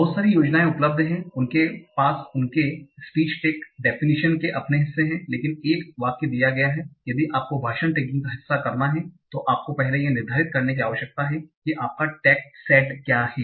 बहुत सारी योजनाएं उपलब्ध हैं उनके पास उनके स्पीच टैग डेफ़िनिशन के अपने हिस्से है लेकिन एक वाक्य दिया गया है यदि आपको भाषण टैगिंग का हिस्सा करना है तो आपको पहले यह निर्धारित करने की आवश्यकता है कि आपका टैगसेट क्या है